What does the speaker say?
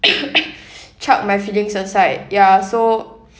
chuck my feelings aside ya so